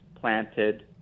planted